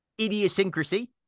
idiosyncrasy